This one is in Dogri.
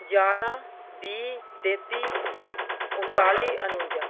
ञारां बीह् तेत्ती उन्ताली नुंजा